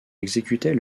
exécutait